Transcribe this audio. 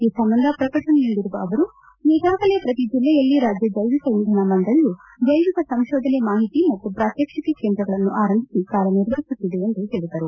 ಈ ಸಂಬಂಧ ಪ್ರಕಟಣೆ ನೀಡಿರುವ ಅವರು ಈಗಾಗಲೇ ಪ್ರತಿ ಜಿಲ್ಲೆಯಲ್ಲಿ ರಾಜ್ಯ ಜೈವಿಕ ಇಂಧನ ಮಂಡಳಿಯು ಜೈವಿಕ ಸಂಶೋಧನೆ ಮಾಹಿತಿ ಮತ್ತು ಪಾತ್ಯಕ್ಷಿಕೆ ಕೇಂದ್ರಗಳನ್ನು ಆರಂಭಿಸಿ ಕಾರ್ಯ ನಿರ್ವಹಿಸುತ್ತಿದೆ ಎಂದು ಹೇಳಿದರು